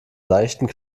seichten